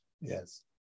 Yes